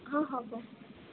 ହଁ ହେବ